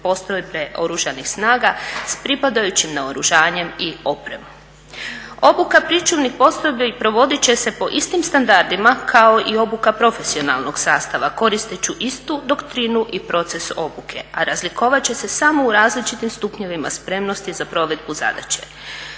postrojbe oružanih snaga s pripadajućim naoružanjem i opremom. Obuka pričuvnih postrojbi provodit će se po istim standardima kao i obuka profesionalnog sastava koristeći istu doktrinu i proces obuke, a razlikovat će se samo u različitim stupnjevima spremnosti za provedbu zadaće.